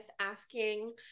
asking